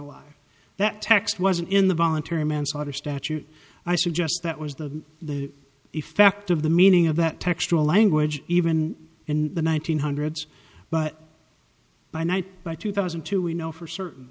alive that text wasn't in the voluntary manslaughter statute i suggest that was the the effect of the meaning of that textual language even in the one thousand hundreds but by night by two thousand and two we know for certain